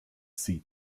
seed